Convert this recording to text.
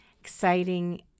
exciting